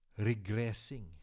regressing